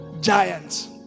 giants